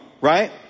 right